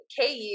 KU